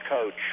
coach